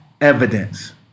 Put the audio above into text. evidence